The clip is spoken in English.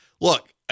Look